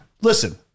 listen